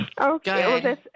Okay